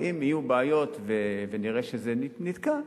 אם יהיו בעיות ונראה שזה נתקע,